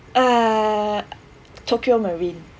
uh tokio marine